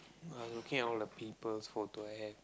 I looking at all the people's photo I add